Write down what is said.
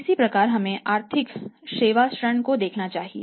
इसी प्रकार हमें आर्थिक सर्वेक्षण को देखना चाहिए